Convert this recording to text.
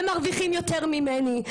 הם מרוויחים יותר ממני.